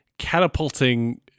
catapulting